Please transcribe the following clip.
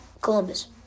Columbus